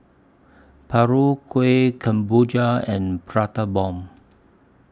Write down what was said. Paru Kueh Kemboja and Prata Bomb